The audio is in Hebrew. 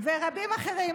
ורבים אחרים.